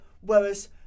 Whereas